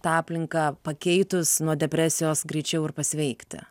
tą aplinką pakeitus nuo depresijos greičiau ir pasveikti